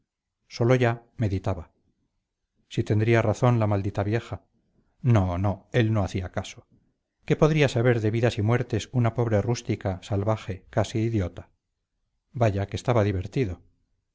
solo ya meditaba si tendría razón la maldita vieja no no él no hacía caso qué podría saber de vidas y muertes una pobre rústica salvaje casi idiota vaya que estaba divertido